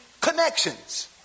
connections